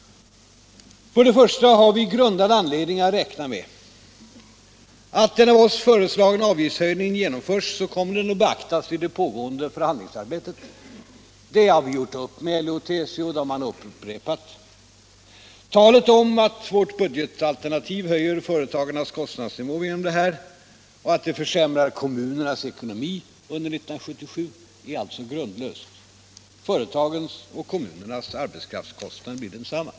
För det första har vi grundad anledning att räkna med att om den av oss föreslagna avgiftshöjningen genomförs så kommer den att beaktas i det pågående förhandlingsarbetet. Det har vi gjort upp med LO och TCO, och den överenskommelsen står fast. Talet om att vårt budgetalternativ höjer företagens kostnadsnivå och försämrar kommunernas ekonomi under 1977 är alltså grundlöst. Företagens och kommunernas arbetskraftskostnad blir densamma.